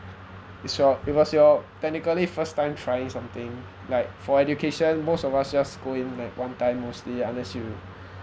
it's your it was your technically first time trying something like for education most of us just go in like one time mostly unless you